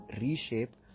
reshape